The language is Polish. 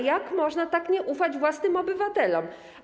Jak można tak nie ufać własnym obywatelom?